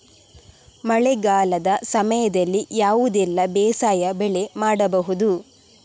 ಮಳೆಗಾಲದ ಸಮಯದಲ್ಲಿ ಯಾವುದೆಲ್ಲ ಬೇಸಾಯ ಬೆಳೆ ಮಾಡಬಹುದು?